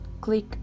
click